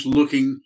looking